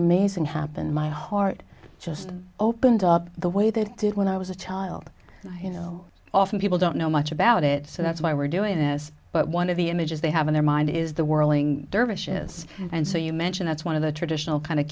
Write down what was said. amazing happened my heart just opened up the way they did when i was a child you know often people don't know much about it so that's why we're doing as but one of the images they have in their mind is the whirling dervishes and so you mentioned it's one of the traditional kind